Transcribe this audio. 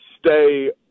stay